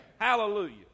Hallelujah